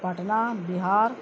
Patna Bihar